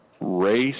race